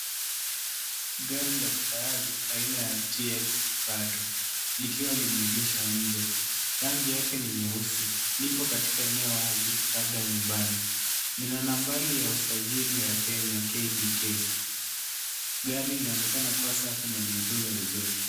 Gari la kifahari aina ya TX Prado likiwa limeegeshwa nje. Rangi yake ni nyeusi. Lipo katika eneo wazi labda nyumbani. Lina nambari ya usajili ya Kenya KDK. Gari linaonekana kuwa safi na limetunzwa vizuri.